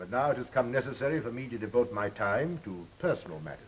but not as come necessary for me to devote my time to personal matter